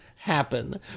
happen